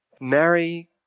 Mary